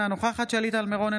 אינה נוכחת שלי טל מירון,